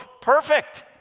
perfect